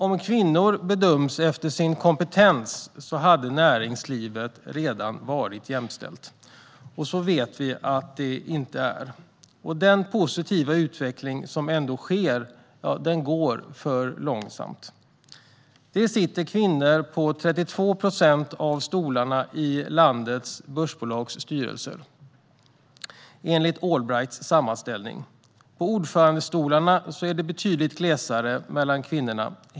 Om kvinnor bedömdes efter sin kompetens hade näringslivet redan varit jämställt. Men så vet vi att det inte är, och den positiva utveckling som ändå sker går för långsamt. Enligt Allbrights sammanställning sitter det kvinnor på 32 procent av stolarna i landets börsbolagsstyrelser. På ordförandestolarna är det betydligt glesare mellan kvinnorna.